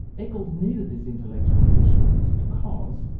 eccles needed this intellectual reassurance because,